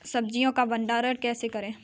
सब्जियों का भंडारण कैसे करें?